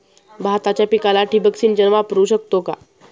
भाताच्या पिकाला ठिबक सिंचन वापरू शकतो का?